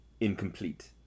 incomplete